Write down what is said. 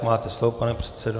Máte slovo, pane předsedo.